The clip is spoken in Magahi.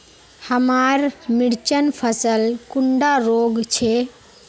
हमार मिर्चन फसल कुंडा रोग छै?